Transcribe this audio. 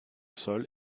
sol